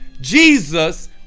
Jesus